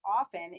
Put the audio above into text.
often